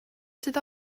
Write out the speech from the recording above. sydd